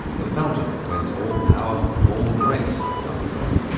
the fountain whence all power, all grace doth flow.